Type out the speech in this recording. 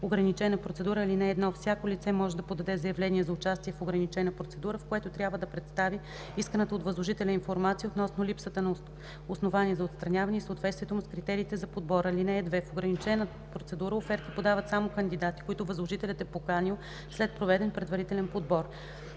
„Ограничена процедура Чл. 161. (1) Всяко лице може да подаде заявление за участие в ограничена процедура, в което трябва да представи исканата от възложителя информация относно липсата на основания за отстраняване и съответствието му с критериите за подбор. (2) В ограничена процедура оферти подават само кандидати, които възложителят е поканил след проведен предварителен подбор.”